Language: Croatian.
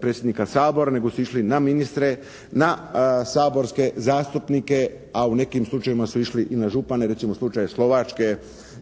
predsjednika Sabora, nego su išli na ministre, na saborske zastupnike a u nekim slučajevima su išli i na župane. Recimo, slučaj Slovačke